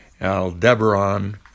Aldebaran